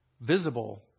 visible